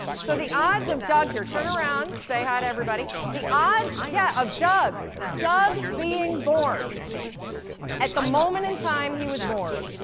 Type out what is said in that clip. so the odds of doug here, turn around, say hi to everybody the odds yeah of doug doug being born at the moment in time he was born,